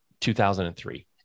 2003